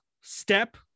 step